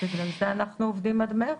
בגלל זה אנחנו עובדים עד מרץ.